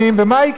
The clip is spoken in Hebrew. ומה יקרה,